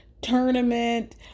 tournament